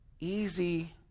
Easy